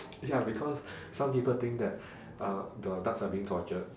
ya because some people think that uh the ducks are being tortured